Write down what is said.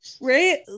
right